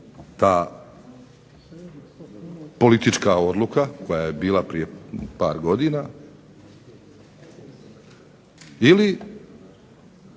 ta politička odluka, koja je bila prije par godina, ili